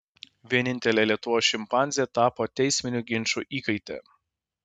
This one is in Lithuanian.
vienintelė lietuvos šimpanzė tapo teisminių ginčų įkaite